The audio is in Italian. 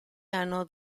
hanno